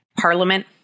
Parliament